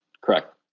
correct